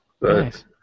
Nice